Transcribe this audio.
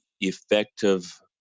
effective